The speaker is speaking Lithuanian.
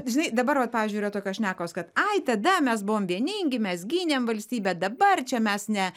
žinai dabar vat pavyzdžiui yra tokios šnekos kad ai tada mes buvom vieningi mes gynėm valstybę dabar čia mes ne